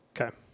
Okay